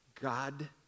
God